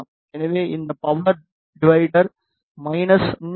எனவே இந்த power divider minus 3 D